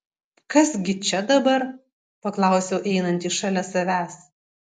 kas gi čia dabar paklausiau einantį šalia savęs